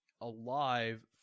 alive